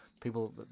people